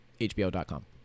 hbo.com